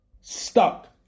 stuck